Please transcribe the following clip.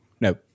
No